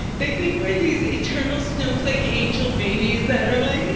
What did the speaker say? they think we're these eternal snowflake angel babies that are, like,